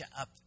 up